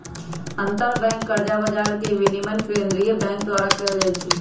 अंतरबैंक कर्जा बजार के विनियमन केंद्रीय बैंक द्वारा कएल जाइ छइ